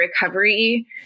recovery